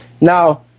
Now